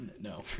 No